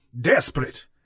desperate